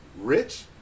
rich